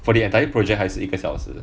for the entire project 还是一个小时